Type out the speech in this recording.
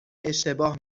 اشتباه